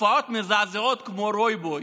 תופעות מזעזעות כמו רוי בוי